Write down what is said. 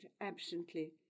absently